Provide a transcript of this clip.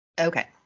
Okay